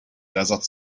desert